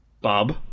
Bob